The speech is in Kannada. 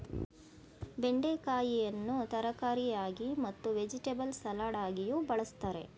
ಬೆಂಡೆಕಾಯಿಯನ್ನು ತರಕಾರಿಯಾಗಿ ಮತ್ತು ವೆಜಿಟೆಬಲ್ ಸಲಾಡಗಿಯೂ ಬಳ್ಸತ್ತರೆ